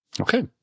Okay